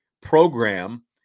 program